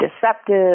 deceptive